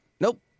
nope